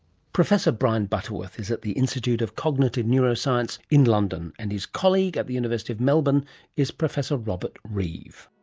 professor brian butterworth is at the institute of cognitive neuroscience in london, and his colleague at the university of melbourne is professor robert reeve